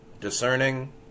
discerning